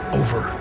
over